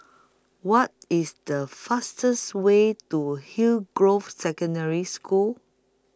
What IS The fastest Way to Hillgrove Secondary School